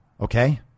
Okay